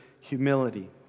humility